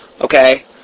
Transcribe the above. Okay